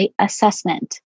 assessment